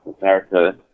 America